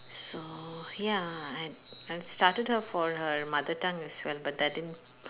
so ya I I've started her for her mother tongue as well but that didn't